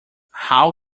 how